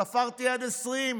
ספרתי עד 20,